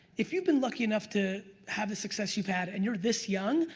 if you've been lucky enough to have the success you've had and you're this young,